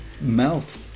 melt